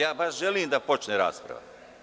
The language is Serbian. Ja baš želim da počne rasprava.